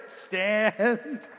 stand